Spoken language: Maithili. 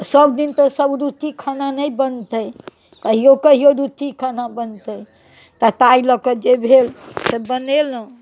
सबदिन तऽ सब रुचि खाना नहि बनतै कहिओ कहिओ रुचि खाना बनतै तऽ ताहि लऽ कऽ जे भेल तऽ बनेलहुँ